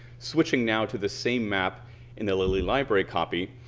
switching now to the same map in the lilly library copy,